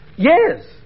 Yes